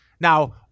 Now